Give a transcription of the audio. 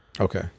Okay